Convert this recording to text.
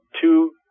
two